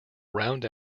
round